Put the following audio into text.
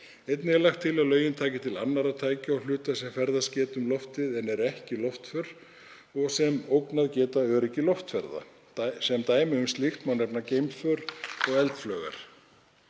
Einnig er lagt til að lögin taki til annarra tækja og hluta sem ferðast geta um loftið en eru ekki loftför og sem ógnað geta öryggi loftferða. Sem dæmi um slíkt má nefna geimför og eldflaugar.